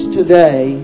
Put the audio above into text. today